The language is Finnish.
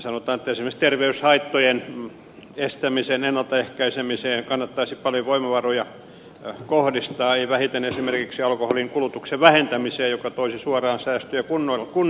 sanotaan että esimerkiksi terveyshaittojen estämiseen ennalta ehkäisemiseen kannattaisi paljon voimavaroja kohdistaa ei vähiten esimerkiksi alkoholin kulutuksen vähentämiseen joka toisi suoraan säästöjä kunnille